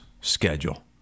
schedule